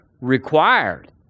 required